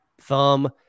thumb